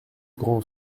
grand